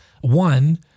one